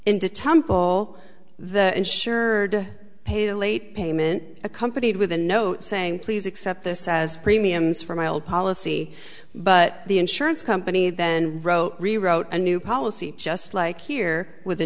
into temple the insured paid a late payment accompanied with a note saying please accept this as premiums for my old policy but the insurance company then wrote rewrote a new policy just like here with a